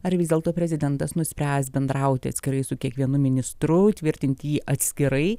ar vis dėlto prezidentas nuspręs bendrauti atskirai su kiekvienu ministru tvirtint jį atskirai